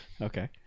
Okay